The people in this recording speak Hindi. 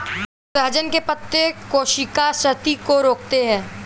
सहजन के पत्ते कोशिका क्षति को रोकते हैं